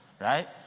Right